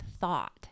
thought